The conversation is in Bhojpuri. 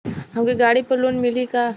हमके गाड़ी पर लोन मिली का?